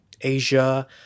Asia